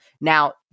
now